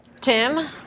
Tim